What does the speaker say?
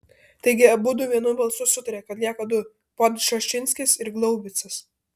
taigi abudu vienu balsu sutarė kad lieka du podčašinskis ir glaubicas